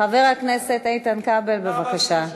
חבר הכנסת איתן כבל, בבקשה.